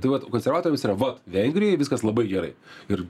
tai vat o konservatoriams yra vat vengrijoj viskas labai gerai ir